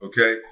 Okay